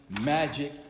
magic